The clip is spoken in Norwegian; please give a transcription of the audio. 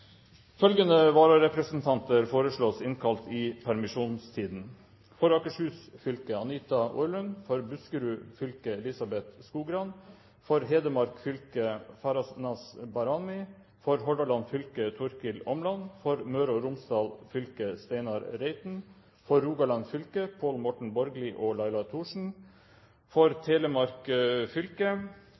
Følgende vararepresentanter innkalles for å møte i permisjonstiden: For Akershus fylke: Anita OrlundFor Buskerud fylke: Elizabeth SkograndFor Hedmark fylke: Farahnaz BahramiFor Hordaland fylke: Torkil ÅmlandFor Møre og Romsdal fylke: Steinar ReitenFor Rogaland fylke: Laila Thorsen For Telemark fylke: Odin Adelsten BohmannFor Sør-Trøndelag fylke: Aud Herbjørg KvalvikFor Østfold fylke: